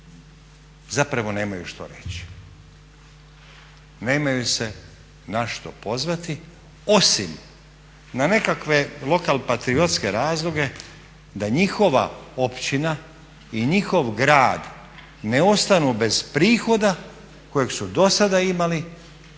zapravo nemaju što reći, nemaju se na što pozvati osim na nekakve lokal patriotske razloge da njihova općina i njihov grad ne ostanu bez prihoda kojeg su dosada imali kroz